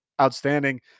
outstanding